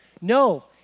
No